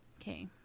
Okay